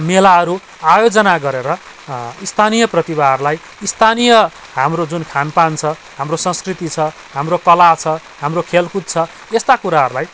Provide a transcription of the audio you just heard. मेलाहरू आयोजना गरेर स्थानीय प्रतिभाहरूलाई स्थानीय हाम्रो जुन खानपान छ हाम्रो संस्कृति छ हाम्रो कला छ हाम्रो खेलकुद छ यस्ता कुराहरू लाई